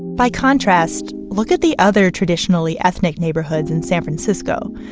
by contrast, look at the other traditionally ethnic neighborhoods in san francisco,